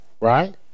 right